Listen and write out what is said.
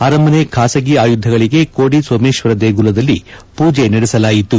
ಅರಮನೆ ಖಾಸಗಿ ಆಯುಧಗಳಿಗೆ ಕೋದಿ ಸೋಮೇಶ್ವರ ದೇಗುಲದಲ್ಲಿ ಪೂಜೆ ನಡೆಸಲಾಯಿತು